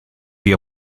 see